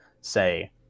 say